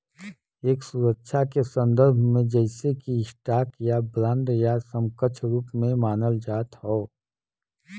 एक सुरक्षा के संदर्भ में जइसे कि स्टॉक या बांड या समकक्ष रूप में मानल जात हौ